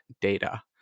data